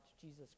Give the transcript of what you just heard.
Jesus